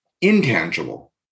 intangible